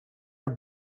our